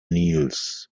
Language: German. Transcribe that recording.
nils